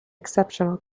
exceptional